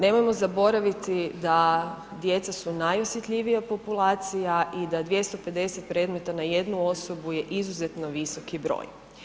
Nemojmo zaboraviti da djeca su najosjetljivija populacija i da 250 predmeta na jednu osobu je izuzetno visoki broj.